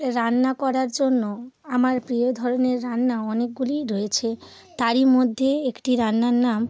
রান্না করার জন্য আমার প্রিয় ধরনের রান্না অনেকগুলিই রয়েছে তারই মধ্যে একটি রান্নার নাম